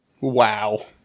Wow